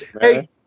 Hey